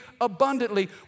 abundantly